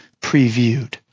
previewed